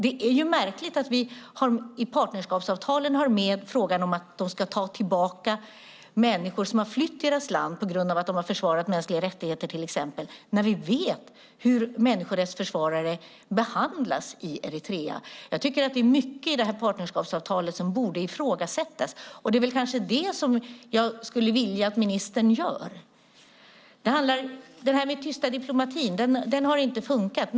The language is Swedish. Det är märkligt att vi i partnerskapsavtalen har med frågan om att de ska ta tillbaka människor som har flytt deras land på grund av att dessa människor till exempel har försvarat mänskliga rättigheter när vi vet hur människorättsförsvarare behandlas i Eritrea. Jag tycker att det är mycket i detta partnerskapsavtal som borde ifrågasättas. Det är det som jag skulle vilja att ministern gör. Den tysta diplomatin har inte funkat.